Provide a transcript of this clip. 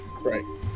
Right